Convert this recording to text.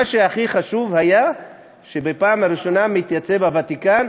מה שהכי חשוב היה שבפעם הראשונה מתייצב הוותיקן,